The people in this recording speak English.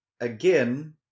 again